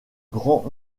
grand